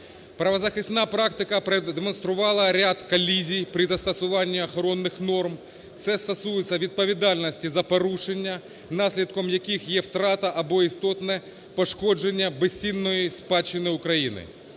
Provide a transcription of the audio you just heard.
Правозахисна практика продемонструвала ряд колізій при застосуванні охоронних норм, це стосується відповідальності за порушення, наслідком яких є втрата або істотне пошкодження безцінної спадщини України.